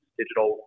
digital